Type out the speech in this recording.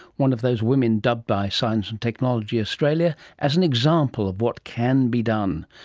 one of those women dubbed by science and technology australia as an example of what can be done.